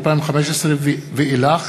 (תיקון מס' 15) (שיעור הגירעון בשנות התקציב 2015 ואילך